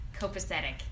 copacetic